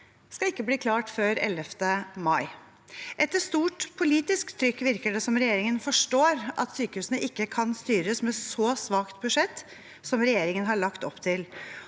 skal ikke bli klart før 11. mai. Etter stort politisk trykk virker det som regjeringen forstår at sykehusene ikke kan styres med et så svakt budsjett som regjeringen har lagt opp til.